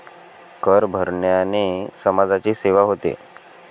कर भरण्याने समाजाची सेवा होते